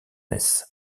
naissent